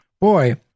Boy